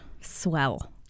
swell